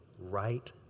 right